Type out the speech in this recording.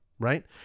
Right